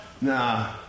nah